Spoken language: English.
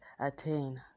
attain